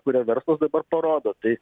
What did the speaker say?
kurią verslas dabar parodo tai